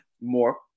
more